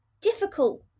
difficult